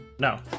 No